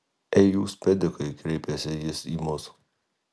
ei jūs pedikai kreipėsi jis į mus